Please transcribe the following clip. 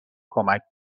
کمک